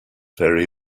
very